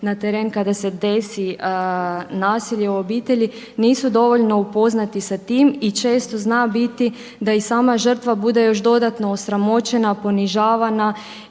na teren kada se desi nasilje u obitelji nisu dovoljno upoznati sa tim i često zna biti da i sama žrtva bude još dodatno osramoćena, ponižavana